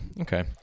Okay